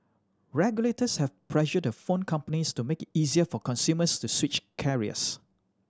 regulators have pressured the phone companies to make it easier for consumers to switch carriers